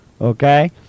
Okay